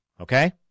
Okay